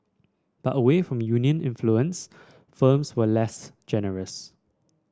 but away from union influence firms were less generous